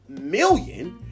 million